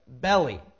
belly